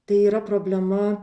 tai yra problema